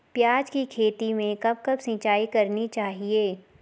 प्याज़ की खेती में कब कब सिंचाई करनी चाहिये?